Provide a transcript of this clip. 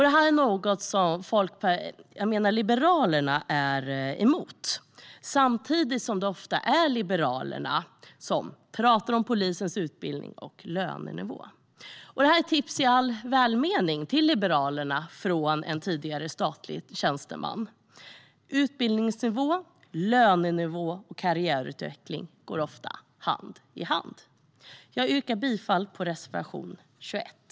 Detta är något som Liberalerna är emot. Samtidigt är det ofta Liberalerna som talar om polisens utbildning och lönenivå. Detta är ett tips i all välmening till Liberalerna från en tidigare statlig tjänsteman: Utbildningsnivå, lönenivå och karriärutveckling går ofta hand i hand. Jag yrkar bifall till reservation 21.